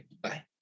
Bye